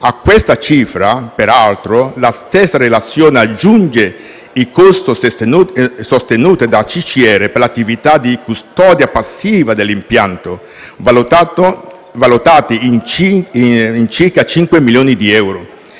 A questa cifra, peraltro, la stessa relazione aggiunge i costi sostenuti dal CCR per le attività di custodia passiva dell'impianto, valutati in circa cinque milioni di euro.